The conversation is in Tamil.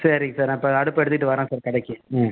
சரிங்க சார் நான் அப்போ அடுப்பை எடுத்துகிட்டு வரேன் சார் கடைக்கு ம்